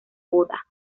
boda